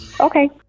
Okay